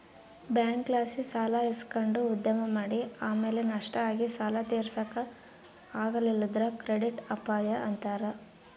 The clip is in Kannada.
ಬ್ಯಾಂಕ್ಲಾಸಿ ಸಾಲ ಇಸಕಂಡು ಉದ್ಯಮ ಮಾಡಿ ಆಮೇಲೆ ನಷ್ಟ ಆಗಿ ಸಾಲ ತೀರ್ಸಾಕ ಆಗಲಿಲ್ಲುದ್ರ ಕ್ರೆಡಿಟ್ ಅಪಾಯ ಅಂತಾರ